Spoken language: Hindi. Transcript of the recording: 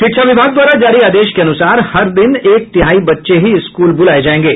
शिक्षा विभाग द्वारा जारी आदेश के अनुसार हर दिन एक तिहाई बच्चे ही स्कूल बुलाये जायेंगे